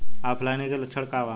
ऑफलाइनके लक्षण क वा?